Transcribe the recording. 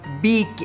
big